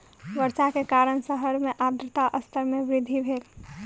वर्षा के कारण शहर मे आर्द्रता स्तर मे वृद्धि भेल